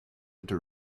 into